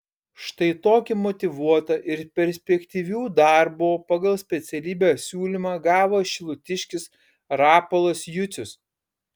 štai tokį motyvuotą ir perspektyvių darbo pagal specialybę siūlymą gavo šilutiškis rapolas jucius